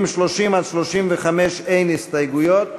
אין הסתייגויות,